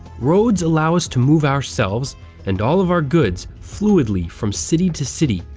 roads allow us to move ourselves and all of our goods fluidly from city to city,